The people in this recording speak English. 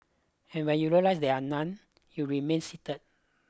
and when you realise that there are none you remain seated